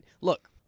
Look